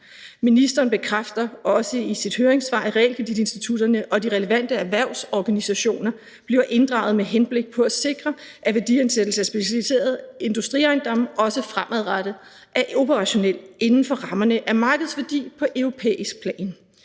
Ministeren bekræfter også i sit høringssvar, at realkreditinstitutterne og de relevante erhvervsorganisationer bliver inddraget med henblik på at sikre, at værdiansættelse af specialiserede industriejendomme også fremadrettet er operationel inden for rammerne af markedsværdi på europæisk plan.